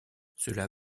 cela